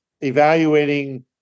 evaluating